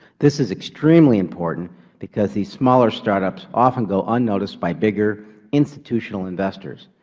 this is extremely important because these smaller startups often go unnoticed by bigger institutional investors.